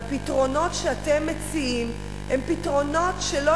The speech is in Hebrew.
והפתרונות שאתם מציעים הם פתרונות שלא